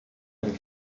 and